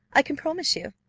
i can promise you,